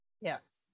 Yes